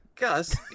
Gus